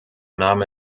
name